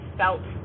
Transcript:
felt